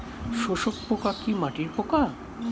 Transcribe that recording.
শোষক পোকা কি মাটির পোকা?